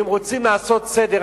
ואם רוצים לעשות סדר,